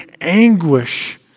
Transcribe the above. anguish